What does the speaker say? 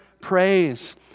praise